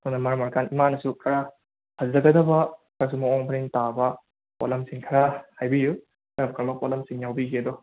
ꯑꯗꯨꯅ ꯃꯔꯝ ꯑꯣꯏꯔꯀꯥꯟꯗ ꯏꯃꯥꯅꯁꯨ ꯈꯔ ꯐꯖꯒꯗꯕ ꯈꯔꯁꯨ ꯃꯋꯣꯡ ꯃꯔꯤꯟ ꯇꯥꯕ ꯄꯣꯠꯂꯝꯁꯤꯡ ꯈꯔ ꯍꯥꯏꯕꯤꯌꯨ ꯀꯔꯝ ꯀꯔꯝꯕ ꯄꯣꯠꯂꯝꯁꯤꯡ ꯌꯥꯎꯕꯤꯒꯦꯗꯨ